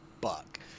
buck